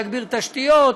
להגביר תשתיות,